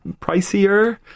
pricier